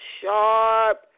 sharp